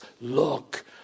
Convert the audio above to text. Look